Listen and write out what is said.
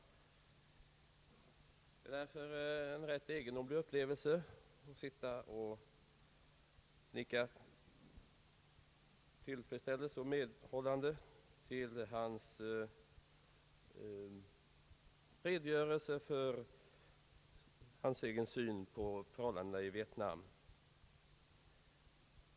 Därför är det en rätt egendomlig upplevelse att sitta och nicka bifall till och känna tillfredsställelse över en redogörelse för hans egen syn på förhållandena i Vietnam.